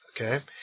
okay